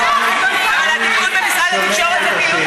זה בתחום פעילות ראש הממשלה,